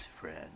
friend